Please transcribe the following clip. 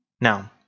Now